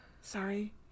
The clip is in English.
sorry